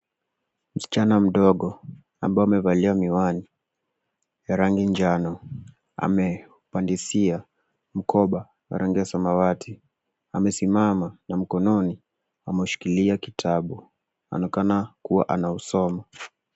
Msichana mdogo ambayo amevalia miwani ya rangi njano ame pandesia mkoba ya rangi samawati, amesimama na mkononi ameshkilia kitabu, anaonekana kuwa anausoma.